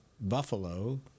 Buffalo